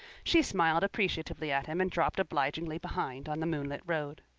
she smiled appreciatively at him and dropped obligingly behind on the moonlit road.